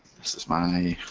this is my